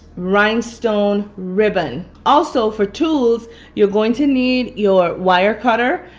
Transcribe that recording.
rhinestone ribbon. also for tools you're going to need your wire cutters,